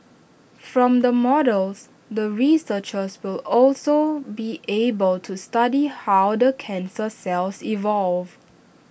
from the models the researchers will also be able to study how the cancer cells evolve